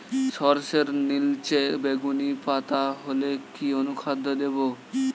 সরর্ষের নিলচে বেগুনি পাতা হলে কি অনুখাদ্য দেবো?